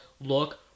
look